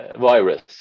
virus